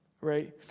right